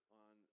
on